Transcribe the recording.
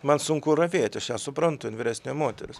man sunku ravėti aš ją suprantu vyresnė moteris